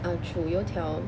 oh true 油条